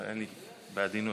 אלי, בעדינות.